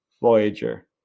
Voyager